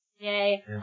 Yay